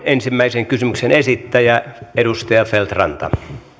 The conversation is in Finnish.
ensimmäisen kysymyksen esittäjä edustaja feldt ranta